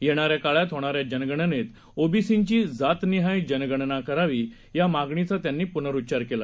येणाऱ्याकाळातहोणाऱ्याजनगणनेतओबीसींचीजातनिहायजनगणनाकरावी यामागणीचात्यांनीपुनरुच्चारकेला